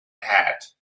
hat